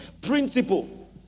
principle